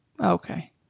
Okay